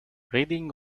reading